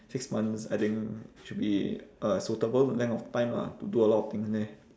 six months I think should be a suitable length of time lah to do a lot of things there